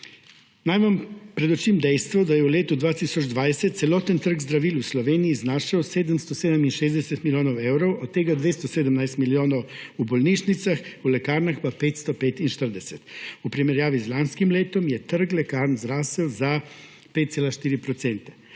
Naj vam predočim dejstvo, da je v letu 2020 celoten trg zdravil v Sloveniji znašal 767 milijonov evrov, od tega 217 milijonov v bolnišnicah, v lekarnah pa 545 milijonov. V primerjavi z lanskim letom je trg lekarn zrasel za 5,4 %.